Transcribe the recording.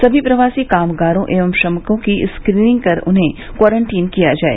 सभी प्रवासी कामगारों एवं श्रमिकों की स्क्रीनिंग कर उन्हें क्वारंटीन किया जाए